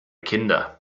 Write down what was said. kinder